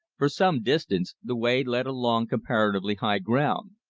for some distance the way led along comparatively high ground.